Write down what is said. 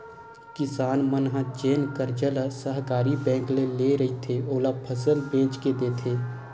किसान मन ह जेन करजा ल सहकारी बेंक ले रहिथे, ओला फसल बेच के देथे